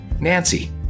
Nancy